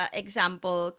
example